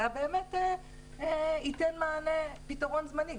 אלא ייתן פתרון זמני.